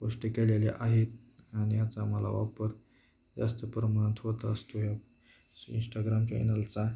गोष्टी केलेल्या आहेत आणि याचा मला वापर जास्त प्रमाणात होत असतो या इंस्टाग्राम चॅनलचा